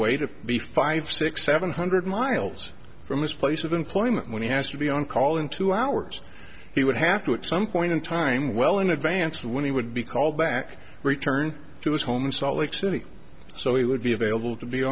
way to be five six seven hundred miles from his place of employment when he asked to be on call in two hours he would have to it some point in time well in advance when he would be called back return to his home in salt lake city so he would be available to be